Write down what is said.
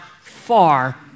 far